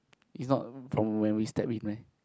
is not from when we step in leh